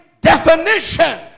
definition